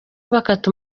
bakata